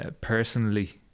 personally